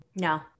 No